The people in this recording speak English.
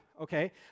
okay